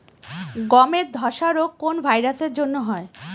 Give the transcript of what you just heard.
গমের ধসা রোগ কোন ভাইরাস এর জন্য হয়?